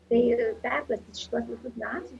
tai perprasti šituos visus niuansus